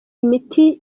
imiti